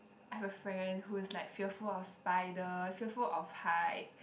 I have a friend who's like fearful of spiders fearful of height